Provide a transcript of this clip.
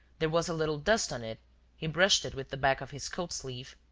there was a little dust on it he brushed it with the back of his coat-sleeve